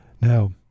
Now